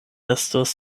estus